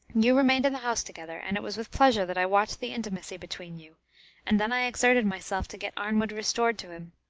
you remained in the house together, and it was with pleasure that i watched the intimacy between you and then i exerted myself to get arnwood restored to him.